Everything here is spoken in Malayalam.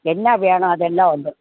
എന്നാ വേണം അതെല്ലാം ഉണ്ട്